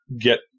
get